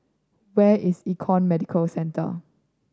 where is Econ Medicare Centre